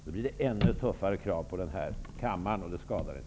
Då blir det ännu tuffare krav på den här kammaren, och det skadar inte!